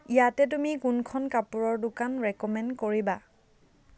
ইয়াতে তুমি কোনখন কাপোৰৰ দোকান ৰেক'মেণ্ড কৰিবা